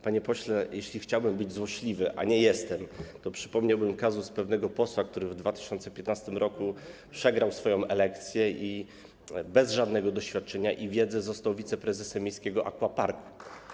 Panie pośle, jeśli chciałbym być złośliwy, a nie jestem, to przypomniałbym kazus pewnego posła, który w 2015 r. przegrał elekcję i bez żadnego doświadczenia i wiedzy został wiceprezesem miejskiego aquaparku.